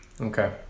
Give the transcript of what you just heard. Okay